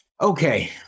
okay